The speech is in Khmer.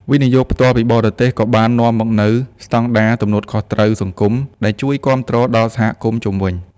វិនិយោគផ្ទាល់ពីបរទេស ក៏បាននាំមកនូវស្ដង់ដារ "ទំនួលខុសត្រូវសង្គម" ដែលជួយគាំទ្រដល់សហគមន៍ជុំវិញ។